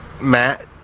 Matt